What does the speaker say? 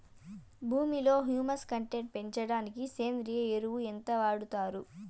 భూమిలో humus content పెంచడానికి సేంద్రియ ఎరువు ఎంత వాడుతారు